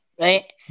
right